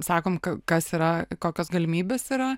sakom kas yra kokios galimybės yra